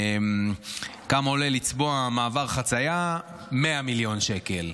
כמה עולה לצבוע מעבר חציה: 100 מיליון שקל.